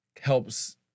helps